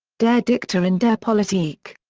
der dichter in der politik.